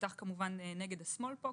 פותח נגד ה-smallpox.